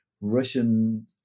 Russian